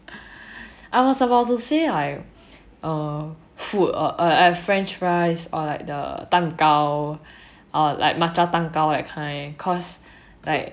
I was about to say like err food or a french fries or like the 蛋糕 or like matcha 蛋糕 that kind cause like